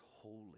holy